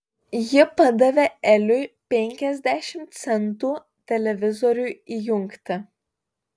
ji padavė eliui penkiasdešimt centų televizoriui įjungti